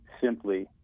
simply